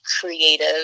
creative